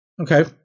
Okay